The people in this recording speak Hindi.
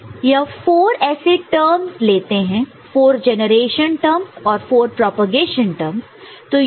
यह 4 ऐसे टर्मस लेते हैं 4 जेनरेशन टर्मस और 4 प्रोपेगेशन टर्मस